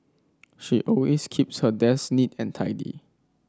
she always keeps her desk neat and tidy